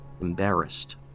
embarrassed